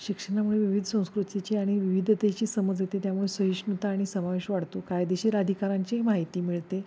शिक्षणामुळे विविध संस्कृतीची आणि विविधतेची समज येते त्यामुळे सहिष्णुता आणि समावेश वाढतो कायदेशीर अधिकारांचीही माहिती मिळते